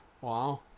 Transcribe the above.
wow